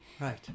Right